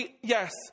Yes